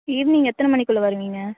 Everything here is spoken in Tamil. ஈவ்னிங் எத்தனை மணிக்குள்ளே வருவீங்க